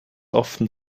often